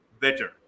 better